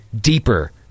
deeper